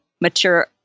mature